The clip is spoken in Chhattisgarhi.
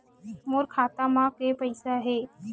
मोर खाता म के पईसा हे?